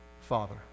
Father